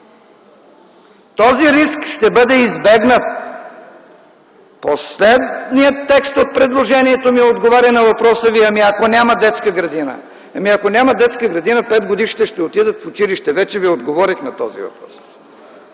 този риск ще бъде избегнат. Последният текст от предложението ми отговаря на въпроса: ако няма детска градина? Ако няма детска градина, 5 годишните ще отидат в училище – вече ви отговорих на този въпрос.